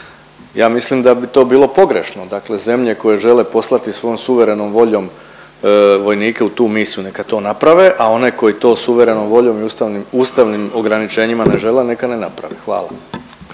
Ja mislim da bi to bilo pogrešno, dakle zemlje koje žele poslati svojom suverenom voljom vojnike u tu misiju neka to naprave, a one koje to suverenom voljom i ustavnim ograničenjima ne žele, neka ne naprave. Hvala.